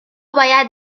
باید